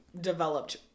developed